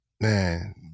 man